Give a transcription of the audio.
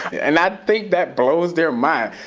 and i think that blows their mind.